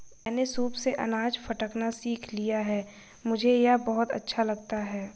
मैंने सूप से अनाज फटकना सीख लिया है मुझे यह बहुत अच्छा लगता है